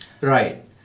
Right